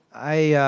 i